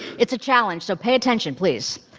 it's a challenge, so pay attention, please.